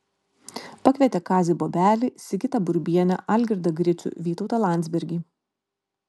pakvietė kazį bobelį sigitą burbienę algirdą gricių vytautą landsbergį